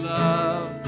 love